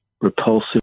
repulsive